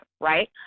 right